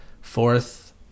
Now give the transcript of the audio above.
Fourth